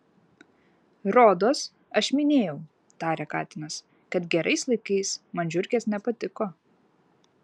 rodos aš minėjau tarė katinas kad gerais laikais man žiurkės nepatiko